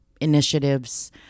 initiatives